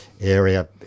area